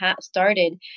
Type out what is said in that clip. started